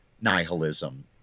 nihilism